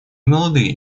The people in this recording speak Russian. молодые